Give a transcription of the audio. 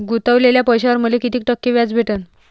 गुतवलेल्या पैशावर मले कितीक टक्के व्याज भेटन?